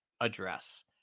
address